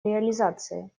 реализации